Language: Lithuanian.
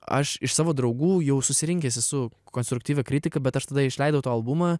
aš iš savo draugų jau susirinkęs esu konstruktyvią kritiką bet aš tada išleidau tą albumą